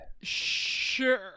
Sure